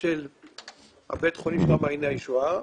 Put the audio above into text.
של בית החולים מעייני הישועה,